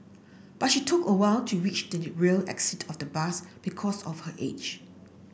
but she took a while to reach the rear exit of the bus because of her age